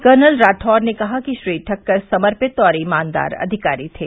colonel Rathore ने कहा कि श्री ठक्कर समर्पित और ईमानदार अधिकारी थे